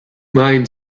mind